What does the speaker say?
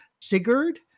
Sigurd